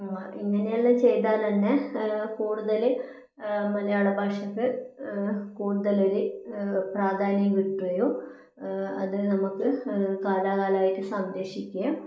ഇങ്ങനെയെല്ലാം ചെയ്താൽ തന്നെ കൂടുതൽ മലയാള ഭാഷയ്ക്ക് കൂടുതലൊരു പ്രാധാന്യം കിട്ടുകയും അതിനെ നമുക്ക് കാലാകാലമായിട്ട് സംരക്ഷിക്കുകയും